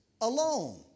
alone